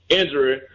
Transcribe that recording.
injury